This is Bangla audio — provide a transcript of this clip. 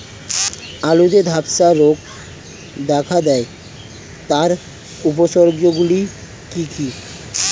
আলুতে ধ্বসা রোগ দেখা দেয় তার উপসর্গগুলি কি কি?